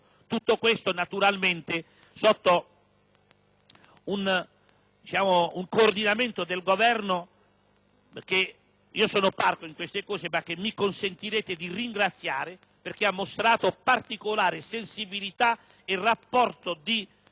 Tutto questo, naturalmente, sotto un coordinamento del Governo che - anche se sono parco in queste manifestazioni - mi consentirete di ringraziare perché ha mostrato particolare sensibilità e spirito di